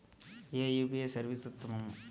ఏ UPI service ఉత్తమము?